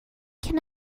can